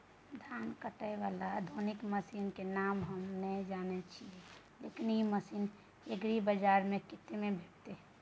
धान काटय बाला आधुनिक मसीन के नाम हम नय जानय छी, लेकिन इ मसीन एग्रीबाजार में केतना में भेटत?